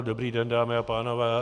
Dobrý den, dámy a pánové.